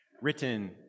written